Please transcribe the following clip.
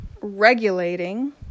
regulating